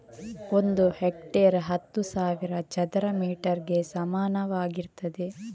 ಒಂದು ಹೆಕ್ಟೇರ್ ಹತ್ತು ಸಾವಿರ ಚದರ ಮೀಟರ್ ಗೆ ಸಮಾನವಾಗಿರ್ತದೆ